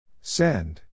Send